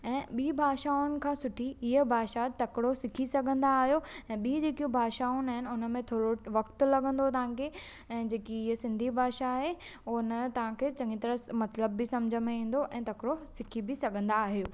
ऐं बी॒ भाषाउनि खां सुठी हीअ भाषा तकिड़ो सिखी सघंदा आहियो ऐं बि॒ जेकियूं भाषाऊं आहिनि उनमें थोरो वक़्त लगंदो तव्हांखे ऐं जेकी हीअ सिंधी भाषा आहे ओ हुनजो तव्हांखे चंङी तरह मतिलब बि सम्झि में ईंदो ऐं तकिड़ो सिखी बि सघंदा आहियो